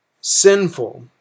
sinful